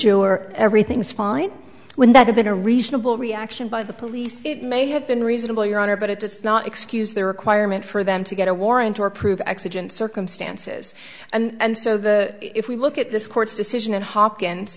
your everything's fine when that had been a reasonable reaction by the police it may have been reasonable your honor but it's not excuse their requirement for them to get a warrant or prove exigent circumstances and so the if we look at this court's decision and hopkins